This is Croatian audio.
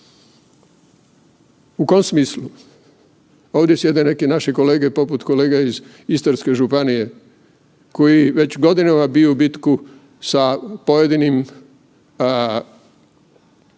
U kom smislu? Ovdje sjede neki naše kolege poput kolega iz Istarske županije koji već godinama biju bitku sa pojedinim